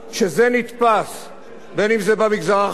בין שזה במגזר החרדי ובין שזה במגזר הערבי,